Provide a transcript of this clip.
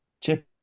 Chip